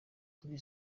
kuri